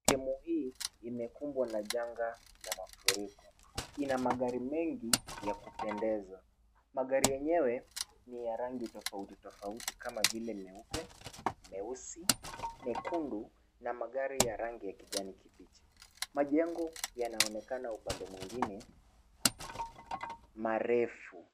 Sehemu hii imekumbwa na janga la mafuriko. Ina magari mengi ya kupendeza. Magari yenyewe ni ya rangi tofauti tofauti kama vile meupe, meusi, mekundu na magari ya rangi ya kijani kibichi. Majengo yanaonekana upande mwingine marefu.